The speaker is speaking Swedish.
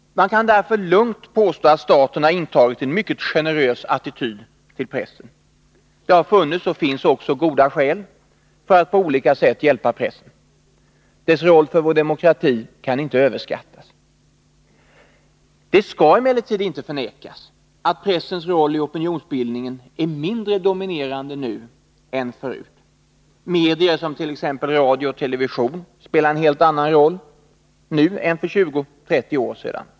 Man kan därför lugnt påstå att staten har intagit en mycket generös attityd till pressen. Det har funnits och finns också goda skäl för att på olika sätt hjälpa pressen. Dess roll för vår demokrati kan icke överskattas. Det skall emellertid inte förnekas att pressens roll i opinionsbildningen är mindre dominerande nu än förut. Medier som t.ex. radio och television spelar en helt annan roll nu än för tjugo, trettio år sedan.